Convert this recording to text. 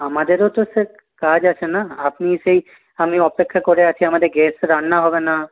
আমাদেরও তো সে কাজ আছে না আপনি সেই আমি অপেক্ষা করে আছি আমাদের গ্যাস রান্না হবে না